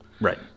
Right